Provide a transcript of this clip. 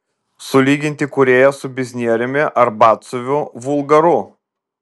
sulyginti kūrėją su biznieriumi ar batsiuviu vulgaru